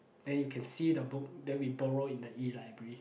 then you can see the book then we borrow in the e-library